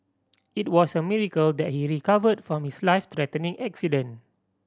it was a miracle that he recovered from his life threatening accident